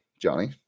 Johnny